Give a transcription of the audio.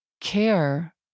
care